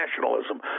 nationalism